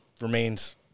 remains